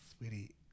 sweetie